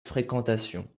fréquentation